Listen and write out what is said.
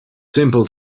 simple